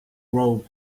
robe